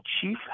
Chief